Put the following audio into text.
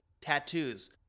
Tattoos